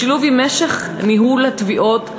בשילוב עם משך ניהול התביעות,